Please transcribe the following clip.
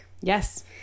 yes